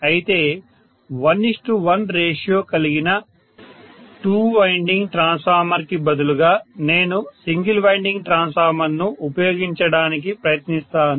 అయితే 11 రేషియో కలిగిన 2 winding transformer కి బదులుగా నేను సింగిల్ వైండింగ్ ట్రాన్స్ఫార్మర్ ను ఉపయోగించడానికి ప్రయత్నిస్తాను